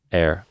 Air